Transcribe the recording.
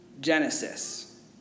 Genesis